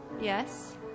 Yes